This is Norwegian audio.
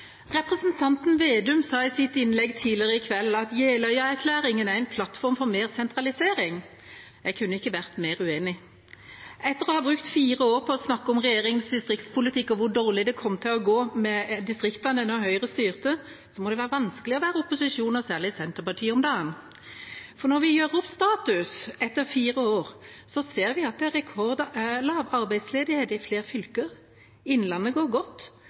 Representanten Slagsvold Vedum sa i sitt innlegg tidligere i kveld at Jeløya-erklæringen er en plattform for mer sentralisering. Jeg kunne ikke vært mer uenig. Etter å ha brukt fire år på å snakke om regjeringens distriktspolitikk og hvor dårlig det kom til å gå med distriktene når Høyre styrte, må det være vanskelig å være i opposisjon, og særlig i Senterpartiet, om dagen. For når vi gjør opp status etter fire år, ser vi at det er rekordlav arbeidsledighet i flere fylker, innlandet går godt,